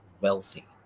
wealthy